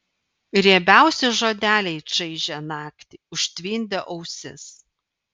riebiausi žodeliai čaižė naktį užtvindė ausis